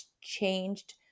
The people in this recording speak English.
changed